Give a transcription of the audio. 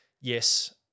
yes